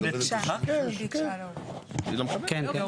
הבנתי.